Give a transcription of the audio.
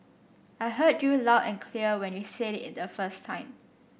I heard you loud and clear when you said it the first time